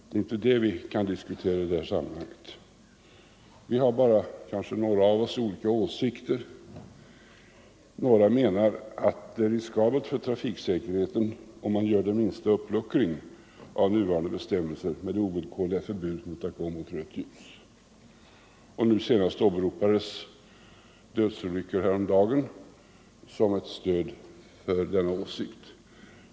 Det behöver vi inte diskutera i det här sammanhanget. Vi har bara litet olika åsikter om vad som främjar trafiksäkerheten. Några menar att det är riskabelt för trafiksäkerheten om man gör den minsta uppluckring av den nuvarande bestämmelsen med ovillkorligt förbud att gå mot rött ljus. Nu senast åberopades dödsolyckor häromdagen som ett stöd för denna åsikt.